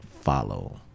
follow